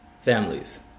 families